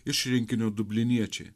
iš rinkinio dubliniečiai